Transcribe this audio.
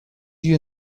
you